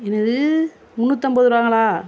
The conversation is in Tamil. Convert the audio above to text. என்னது முண்ணூத்தம்பது ரூபாங்களா